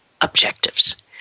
objectives